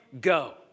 go